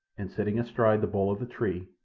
and, sitting astride the bole of the tree,